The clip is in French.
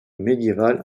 médiéval